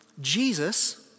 Jesus